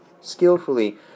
skillfully